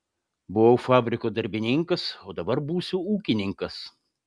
buvau fabriko darbininkas o dabar būsiu ūkininkas